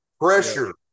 Pressure